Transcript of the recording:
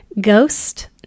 ghost